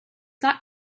not